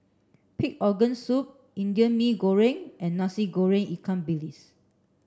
pig organ soup Indian Mee Goreng and Nasi Goreng Ikan Bilis